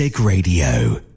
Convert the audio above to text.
Radio